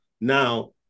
now